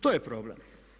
To je problem.